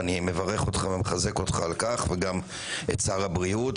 ואני מברך ומחזק אותך על כך וגם את שר הבריאות,